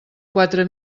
quatre